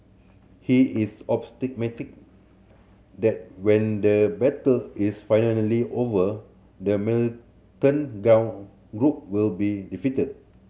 he is that when the battle is finally over the militant gone group will be defeated